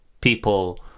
people